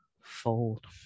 fold